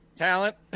talent